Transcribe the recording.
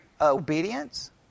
obedience